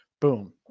Boom